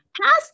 past